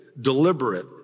deliberate